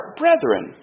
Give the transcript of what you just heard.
brethren